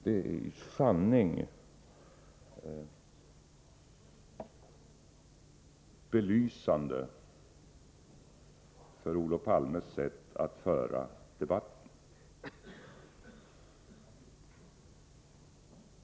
Det är i sanning belysande för Olof Palmes sätt att föra debatten!